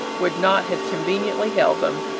would not have conveniently held them.